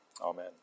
Amen